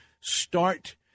start –